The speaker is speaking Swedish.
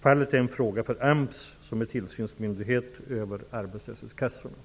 Fallet är en fråga för AMS som är tillsynsmyndighet över arbetslöshetskassorna.